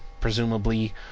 presumably